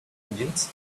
engines